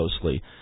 closely